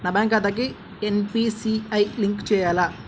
నా బ్యాంక్ ఖాతాకి NPCI link చేయాలా?